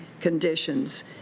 conditions